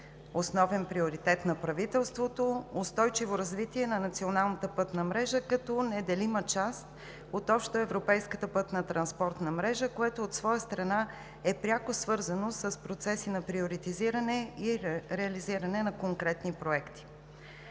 основните приоритети на правителството – устойчиво развитие на националната пътна мрежа като неделима част от общоевропейската пътна транспортна мрежа, което от своя страна е пряко свързано с процеси на приоритизиране и реализиране на конкретни проекти.